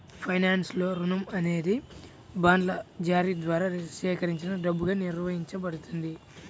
ఫైనాన్స్లో, రుణం అనేది బాండ్ల జారీ ద్వారా సేకరించిన డబ్బుగా నిర్వచించబడింది